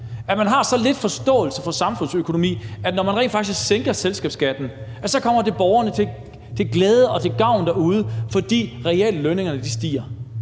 at man har så lidt forståelse for samfundsøkonomi, at man ikke ved, at når man rent faktisk sænker selskabsskatten, så kommer det borgerne til glæde og gavn, fordi reallønningerne stiger.